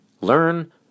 learn